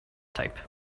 type